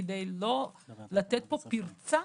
כדי לא לתת פה פרצה